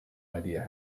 idea